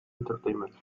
entertainment